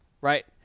right